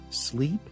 Sleep